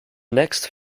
next